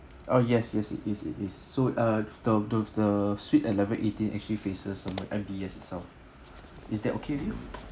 oh yes yes it is it is so uh the the the suite at level eighteen actually faces the M_B_S itself is that okay with you